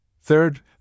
Third